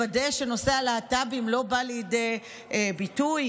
לוודא שנושא הלהט"בים לא בא לידי ביטוי,